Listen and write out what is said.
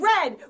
Red